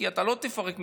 כי אתה לא תפרק משפחה.